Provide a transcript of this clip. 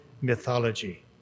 mythology